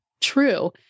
true